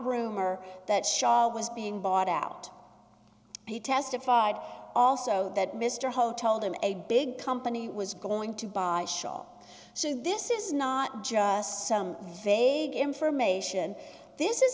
rumor that shah was being bought out he testified also that mr holt told him a big company was going to buy so this is not just some vague information this is